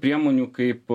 priemonių kaip